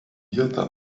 vietą